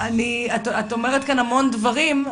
אומרת כאן המון דברים,